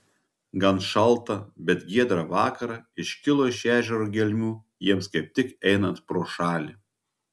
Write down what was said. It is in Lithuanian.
gan šaltą bet giedrą vakarą iškilo iš ežero gelmių jiems kaip tik einant pro šalį